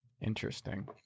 Interesting